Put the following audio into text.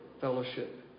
fellowship